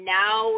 now